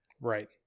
Right